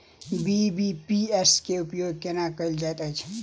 BBPS केँ उपयोग केना कएल जाइत अछि?